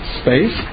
space